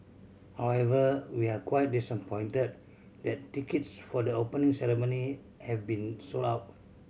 however we're quite disappointed that tickets for the Opening Ceremony have been sold out